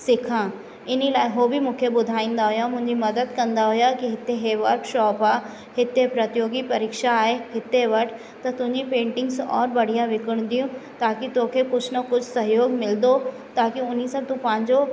सिखा हिन लाइ उहो बि मूंखे ॿुधाईंदा हुआ मुंहिंजी मदद कंदा हुआ कि हिते हे वर्कशॉप आहे हिते प्रतियोगी परिक्षा आहे हिते वट त तुंहिंजी पेंटिंग्स और बढ़िया विकिणंदियूं ताकी तोखे कुझु न कुझु सहयोग मिलंदो ताकी हुन सां तूं पंहिंजो